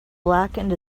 blackened